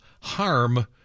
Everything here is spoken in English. harm